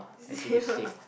is it